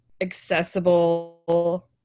accessible